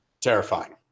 terrifying